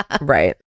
Right